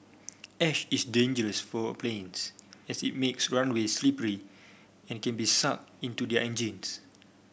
ash is dangerous for planes as it makes runway slippery and can be sucked into their engines